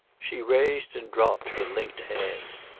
she raised and dropped her linked hands.